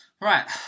Right